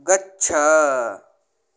गच्छ